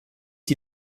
die